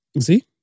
See